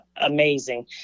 amazing